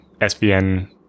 SVN